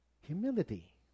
humility